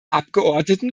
abgeordneten